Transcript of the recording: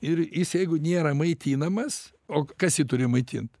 ir jis jeigu nėra maitinamas o kas jį turi maitint